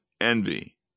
envy